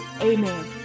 Amen